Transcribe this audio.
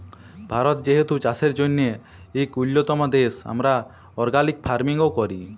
ভারত যেহেতু চাষের জ্যনহে ইক উল্যতম দ্যাশ, আমরা অর্গ্যালিক ফার্মিংও ক্যরি